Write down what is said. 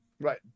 right